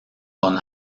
con